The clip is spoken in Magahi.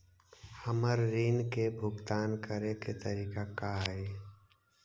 हमर ऋण के भुगतान करे के तारीख का हई?